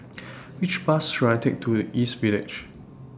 Which Bus should I Take to East Village